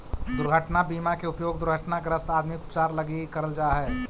दुर्घटना बीमा के उपयोग दुर्घटनाग्रस्त आदमी के उपचार लगी करल जा हई